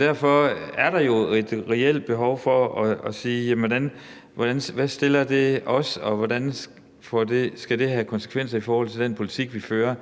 Derfor er der jo et reelt behov for sige: Hvordan stiller det os, og hvad skal det have af konsekvenser i forhold til den politik, vi fører?